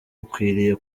ukwiriye